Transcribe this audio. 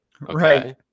Right